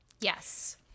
Yes